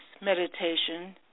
meditation